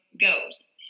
goes